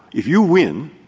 if you win,